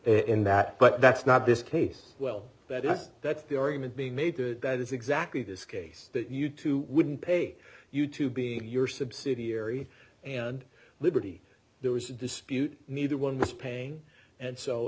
in that but that's not this case well that's that's the argument being made that that is exactly this case that you too wouldn't pay you to be your subsidiary and liberty there was a dispute neither one dollar was paying and so